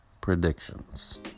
Predictions